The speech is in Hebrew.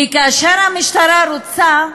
כי כאשר המשטרה רוצה,